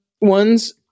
ones